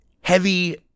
heavy